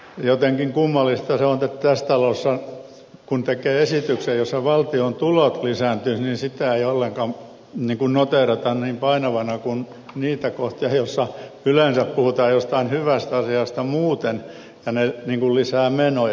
jotenkin kummallista se on että tässä talossa kun tekee esityksen jossa valtion tulot lisääntyisivät niin sitä ei ollenkaan noteerata niin painavana kuin niitä kohtia joissa yleensä puhutaan jostain hyvästä asiasta muuten ja jotka lisäävät menoja